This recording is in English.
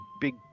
big